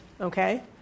okay